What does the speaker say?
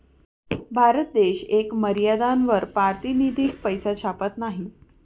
भारत देश येक मर्यादानावर पारतिनिधिक पैसा छापत नयी